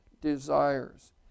desires